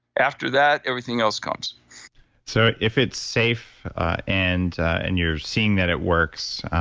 after that, everything else comes so, if it's safe and and you're seeing that it works,